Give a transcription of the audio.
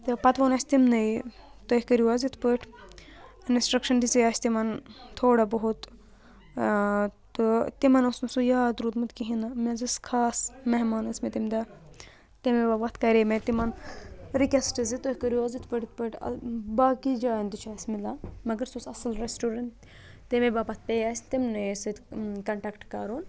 تہٕ پَتہٕ ووٚن اَسِہ تِمنٕے تُہۍ کٔرِو حظ یِتھ پٲٹھۍ اِنَسٹرٛکشَن دِژے اَسہِ تِمَن تھوڑا بہت تہٕ تِمَن اوس نہٕ سُہ یاد روٗدمُت کِہینۍ نہٕ مےٚ حظ ٲسۍ خاص مہمان ٲسۍ مےٚ تَمہِ دۄہ تَمے باپَتھ کَرے مےٚ تِمَن رِکٮ۪سٹ زِ تُہۍ کٔرِو حظ یِتھ پٲٹھۍ یِتھ پٲٹھۍ باقٕے جایَن تہِ چھُ اَسہِ مِلان مگر سُہ اوس اَصٕل رٮ۪سٹورَنٛٹ تَمے باپَتھ پیٚیہِ اَسہِ تِمنٕے سۭتۍ کَنٹٮ۪کٹ کَرُن